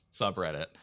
subreddit